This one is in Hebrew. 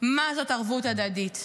מה זו ערבות הדדית.